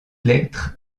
lettre